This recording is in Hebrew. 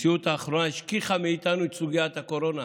המציאות האחרונה השכיחה מאיתנו את סוגיית הקורונה.